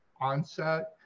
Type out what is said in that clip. onset